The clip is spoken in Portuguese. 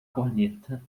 corneta